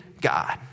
God